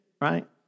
right